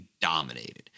dominated